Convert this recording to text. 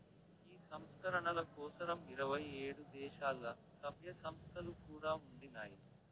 ఈ సంస్కరణల కోసరం ఇరవై ఏడు దేశాల్ల, సభ్య సంస్థలు కూడా ఉండినాయి